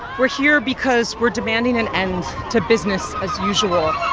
we're here because we're demanding an end to business as usual.